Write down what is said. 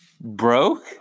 broke